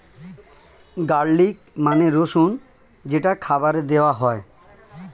garlic মানে রসুন যেটা খাবারে দেওয়া হয়